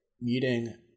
meeting